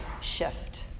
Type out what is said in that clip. shift